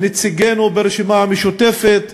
נציגינו ברשימה המשותפת,